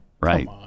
Right